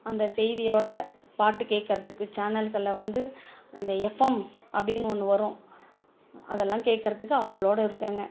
அந்த செய்தியோட பாட்டு கேக்கிறதுக்கு சேனல்களில் வந்து அந்த எஃப்எம் அப்படின்னு ஒன்று வரும் அதெல்லாம் கேக்கிறதுக்கு ஆவலோட இருக்கேங்க